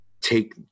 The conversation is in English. take